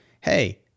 hey